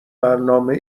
برنامه